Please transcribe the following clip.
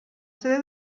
sede